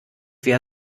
wer